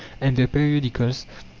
and the periodicals,